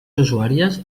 usuàries